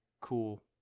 Cool